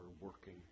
working